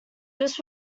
this